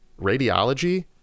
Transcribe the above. radiology